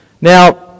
Now